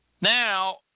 Now